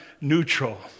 neutral